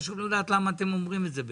חשוב לנו לדעת למה אתם אומרים את זה באמת.